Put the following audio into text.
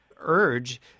urge